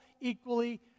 equally